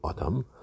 Adam